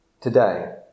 today